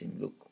look